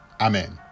Amen